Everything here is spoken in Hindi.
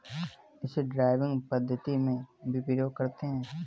इसे ड्राइविंग पद्धति में भी प्रयोग करते हैं